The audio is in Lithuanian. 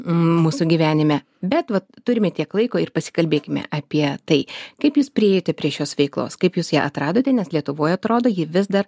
mūsų gyvenime bet vat turime tiek laiko ir pasikalbėkime apie tai kaip jūs priėjote prie šios veiklos kaip jūs ją atradote nes lietuvoj atrodo ji vis dar